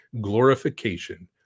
glorification